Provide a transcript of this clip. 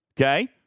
Okay